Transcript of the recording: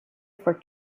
for